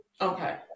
Okay